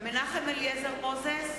מנחם אליעזר מוזס,